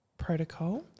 protocol